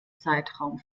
zeitraum